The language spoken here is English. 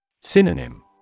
Synonym